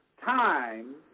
Time